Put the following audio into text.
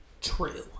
true